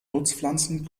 nutzpflanzen